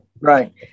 right